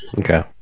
Okay